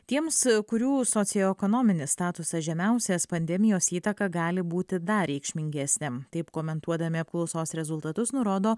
tiems kurių socioekonominis statusas žemiausias pandemijos įtaka gali būti dar reikšmingesnė taip komentuodami apklausos rezultatus nurodo